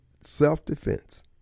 self-defense